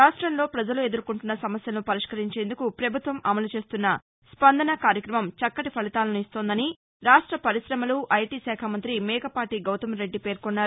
రాష్టంలో ప్రజలు ఎదుర్కొంటున్న సమస్యలను పరిష్కరించేందుకు పభుత్వం అమలు చేస్తన్న స్పందన కార్యక్రమం చక్కటి ఫలితాలను ఇస్తోందని రాష్ట పరిశమలు ఐటీ శాఖ మంతి మేకపాటి గౌతమ్ రెద్డి పేర్కొన్నారు